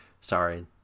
Sorry